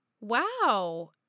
Wow